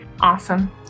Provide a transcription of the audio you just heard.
awesome